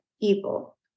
evil